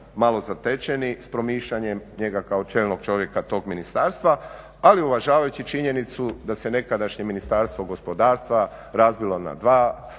malo zatečeni s promišljanjem njega kao čelnog čovjeka tog ministarstva ali uvažavajući činjenicu da se nekadašnje Ministarstvo gospodarstva razbilo na dva